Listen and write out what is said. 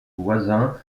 voisin